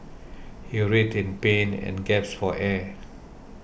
he writhed in pain and gasped for air